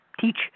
teach